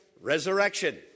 resurrection